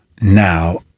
now